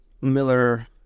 Miller